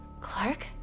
Clark